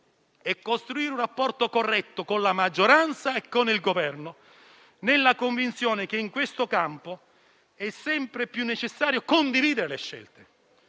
e costruire un rapporto corretto con la maggioranza e con il Governo, nella convinzione che in questo campo è sempre più necessario condividere le scelte.